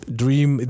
dream